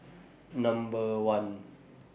Number one